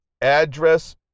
address